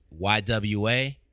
YWA